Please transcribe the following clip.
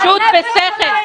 פשוט בשכל.